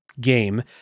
game